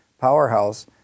powerhouse